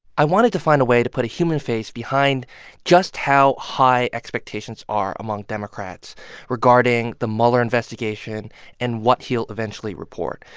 i wanted to find a way to put a human face behind just how high expectations are among democrats regarding the mueller investigation and what he'll eventually report.